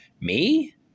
Me